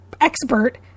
expert